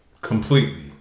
Completely